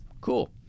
Cool